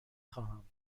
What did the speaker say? خواهم